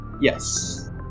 Yes